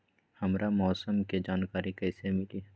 हमरा मौसम के जानकारी कैसी मिली?